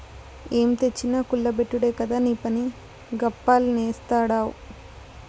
ఏం తెచ్చినా కుల్ల బెట్టుడే కదా నీపని, గప్పాలు నేస్తాడావ్